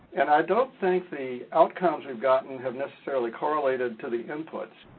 and i don't think the outcomes we've gotten have necessarily correlated to the inputs.